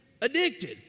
addicted